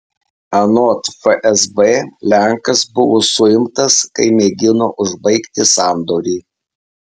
anot fsb lenkas buvo suimtas kai mėgino užbaigti sandorį